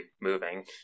moving